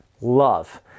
love